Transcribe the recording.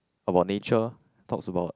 about nature talks about